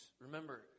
Remember